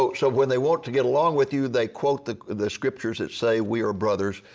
so so, when they want to get along with you they quote the the scriptures that say we are brothers.